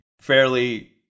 fairly